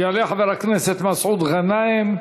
יעלה חבר הכנסת מסעוד גנאים,